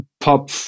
pop